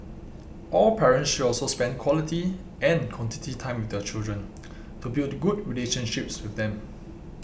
all parents should also spend quality and quantity time their children to build good relationships with them